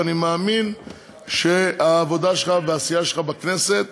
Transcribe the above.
אני מאמין שהעבודה שלך והעשייה שלך בכנסת